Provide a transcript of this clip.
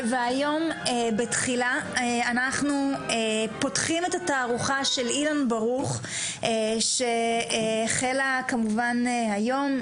היום בתחילה אנחנו פותחים את התערוכה של אילן ברוך שהחלה כמובן היום,